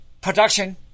production